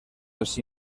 els